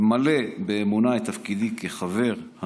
המלצת הוועדה המסדרת,